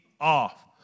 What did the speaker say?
off